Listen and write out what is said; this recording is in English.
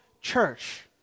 church